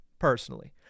Personally